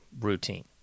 routine